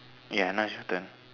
ya now's your turn